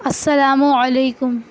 السلام علیکم